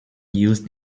used